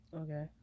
Okay